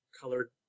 colored